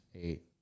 eight